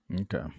Okay